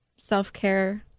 self-care